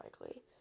likely